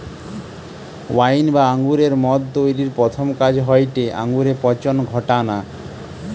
wine বা আঙুরের মদ তৈরির প্রথম কাজ হয়টে আঙুরে পচন ঘটানা